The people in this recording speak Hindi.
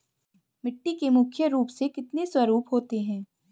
मिट्टी के मुख्य रूप से कितने स्वरूप होते हैं?